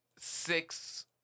six